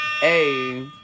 Hey